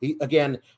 Again